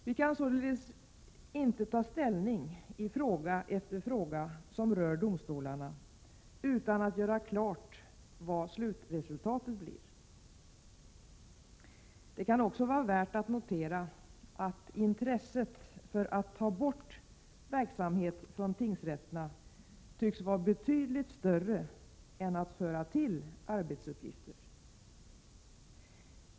Vi kan således inte ta ställning i fråga efter fråga som rör domstolarna utan att göra klart vad slutresultatet blir. Det kan också vara värt att notera att intresset för att ta bort verksamhet från tingsrätterna tycks vara betydligt större än att föra till arbetsuppgifter.